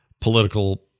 political